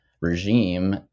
regime